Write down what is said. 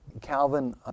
Calvin